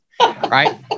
Right